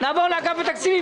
החלטת ממשלה.